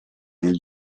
nel